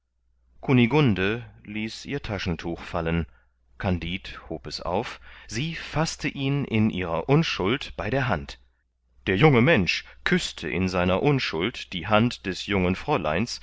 kunigunde ließ ihr taschentuch fallen kandid hob es auf sie faßte ihn in ihrer unschuld bei der hand der junge mensch küßte in seiner unschuld die hand des jungen fräuleins